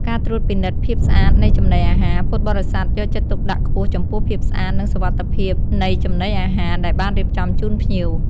ការថែរក្សាផ្កា និងគ្រឿងលម្អ ពួកគាត់ទទួលខុសត្រូវក្នុងការរៀបចំ និងថែរក្សាផ្កាភ្ញី និងគ្រឿងលម្អផ្សេងៗ ដើម្បីឲ្យបរិវេណវត្តមានសោភ័ណភាពស្រស់ស្អាត។